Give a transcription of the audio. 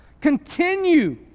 continue